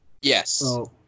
Yes